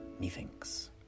methinks